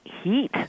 heat